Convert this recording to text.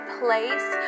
place